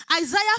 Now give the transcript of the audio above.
Isaiah